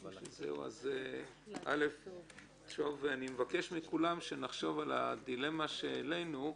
אני מבקש מכולם שנחשוב על הדילמה שהעלינו.